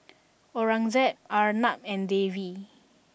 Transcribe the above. Aurangzeb Arnab and Devi